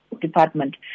Department